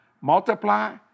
multiply